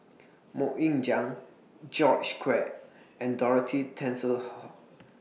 Mok Ying Jang George Quek and Dorothy